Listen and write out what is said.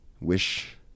wish